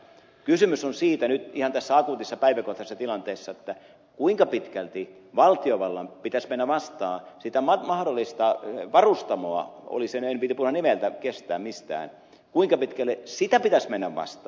kysymys nyt tässä akuutissa päiväkohtaisessa tilanteessa on siitä kuinka pitkälti valtiovallan pitäisi mennä vastaan sitä mahdollista varustamoa en viitsi puhu nimeltä mistään kuinka pitkälle sitä pitäisi mennä vastaa